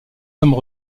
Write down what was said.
sommes